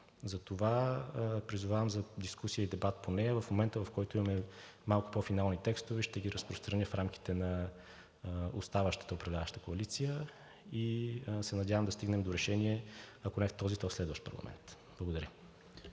затова призовавам за дискусия и дебат по нея. В момента, в който имаме малко по-финални текстове, ще ги разпространя в рамките на оставащата управляваща коалиция и се надявам да стигнем до решение, ако не в този, то в следващ парламент. Благодаря